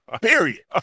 Period